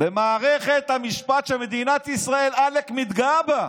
במערכת המשפט שמדינת ישראל עאלק מתגאה בה.